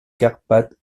carpates